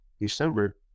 December